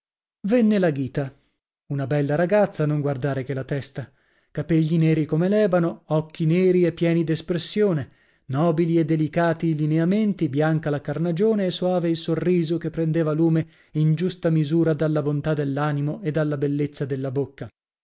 venne la ghita una bella ragazza a non guardare che la testa capegli neri come l'ebano occhi neri e pieni d'espressione nobili e delicati i lineamenti bianca la carnagione e soave il sorriso che prendeva lume in giusta misura dalla bontà dell'animo e dalla bellezza della bocca